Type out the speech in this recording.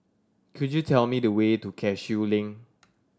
could you tell me the way to Cashew Link